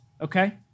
okay